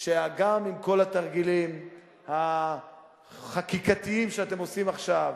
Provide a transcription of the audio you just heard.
שגם עם כל התרגילים החקיקתיים שאתם עושים עכשיו,